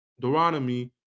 Deuteronomy